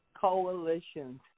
coalitions